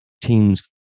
Teams